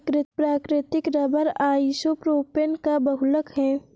प्राकृतिक rubber isopropene का बहुलक है